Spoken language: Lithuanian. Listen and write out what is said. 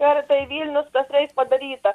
ar tai vilnius kas reik padaryta